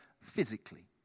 physically